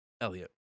Elliot